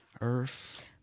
Earth